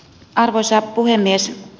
arvoisa puhemies